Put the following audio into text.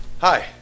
Hi